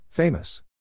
Famous